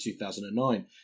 2009